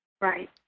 Right